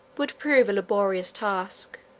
would prove a laborious task,